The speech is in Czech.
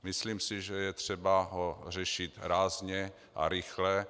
Myslím si, že ho je třeba řešit rázně a rychle.